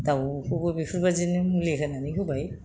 दाउखौबो बेफोरबायदिनो मुलि होनानै होबाय